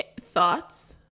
thoughts